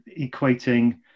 equating